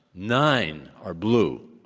nine are blue,